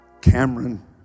Cameron